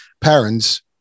parents